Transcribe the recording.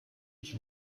ich